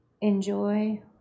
Enjoy